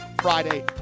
Friday